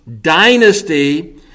dynasty